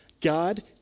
God